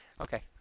Okay